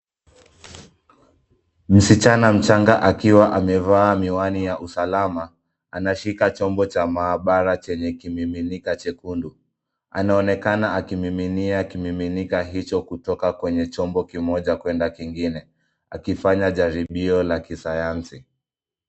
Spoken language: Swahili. Msichana mchanga akiwa amevaa miwani ya usalama, anashika chombo cha maabara, chenye kimiminika chekundu. Anaonekana akimiminia kimiminika hicho kutoka kwenye chombo kimoja kwenda kingine. Akifanya jaribio la kisayansi.